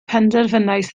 penderfynais